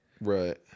Right